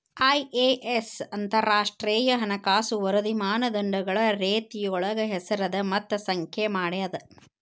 IAS ಅಂತರಾಷ್ಟ್ರೇಯ ಹಣಕಾಸು ವರದಿ ಮಾನದಂಡಗಳ ರೇತಿಯೊಳಗ ಹೆಸರದ ಮತ್ತ ಸಂಖ್ಯೆ ಮಾಡೇದ